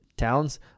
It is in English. Towns